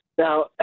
Now